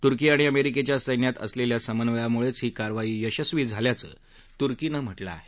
तुर्की आणि अमेरिकेच्या सस्वित असलेल्या समन्वयामुळेच ही कारवाई यशस्वी झाल्याचं तुर्कीनं म्हटलं आहे